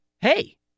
Hey